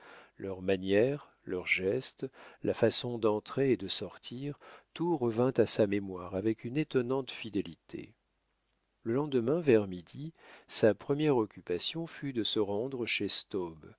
leurs manières leurs gestes la façon d'entrer et de sortir tout revint à sa mémoire avec une étonnante fidélité le lendemain vers midi sa première occupation fut de se rendre chez